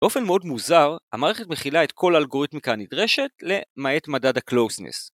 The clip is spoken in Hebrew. באופן מאוד מוזר, המערכת מכילה את כל האלגוריתמיקה הנדרשת למעט מדד ה-closeness.